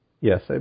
Yes